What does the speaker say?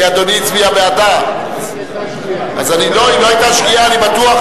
כי אדוני הצביע בעדה, אם היא לא היתה שגיאה.